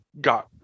got